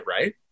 right